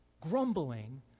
grumbling